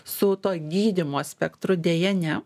su to gydymo spektru deja ne